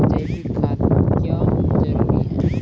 जैविक खाद क्यो जरूरी हैं?